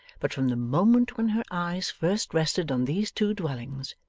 but from the moment when her eyes first rested on these two dwellings,